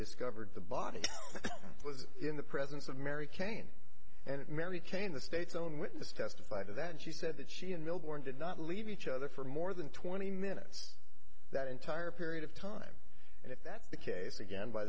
discovered the body was in the presence of mary kane and mary kane the state's own witness testified that she said that she in millburn did not leave each other for more than twenty minutes that entire period of time and if that's the case again by